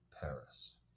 Paris